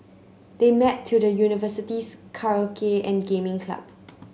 they met through the University's karaoke and gaming club